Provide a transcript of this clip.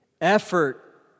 effort